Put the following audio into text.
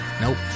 Nope